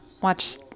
watch